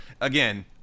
again